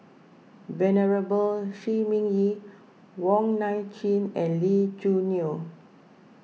Venerable Shi Ming Yi Wong Nai Chin and Lee Choo Neo